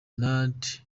not